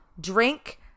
drink